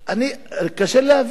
קשה להבין,